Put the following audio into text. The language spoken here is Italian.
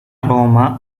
roma